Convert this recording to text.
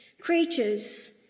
Creatures